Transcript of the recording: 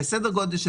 ועל סדר גודל של